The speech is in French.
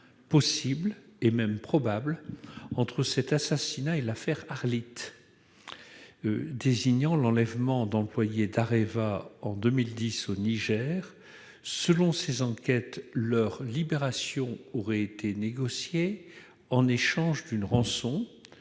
possible, et même probable, entre cet assassinat et l'affaire Arlit, désignant l'enlèvement d'employés d'Areva en 2010 au Niger. Selon ces enquêtes, leur libération aurait été négociée en échange d'une rançon